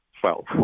Twelve